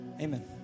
Amen